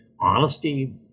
honesty